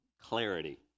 clarity